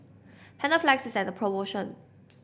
Panaflex is at promotion